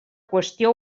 qüestió